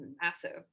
massive